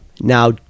Now